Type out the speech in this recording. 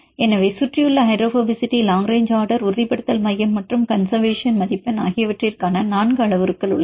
எனவே சுற்றியுள்ள hydrophobicity long range order உறுதிப்படுத்தல் மையம் மற்றும் கன்செர்வேசன் மதிப்பெண் ஆகியவற்றிற்கான 4 அளவுருக்கள் உள்ளன